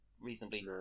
Reasonably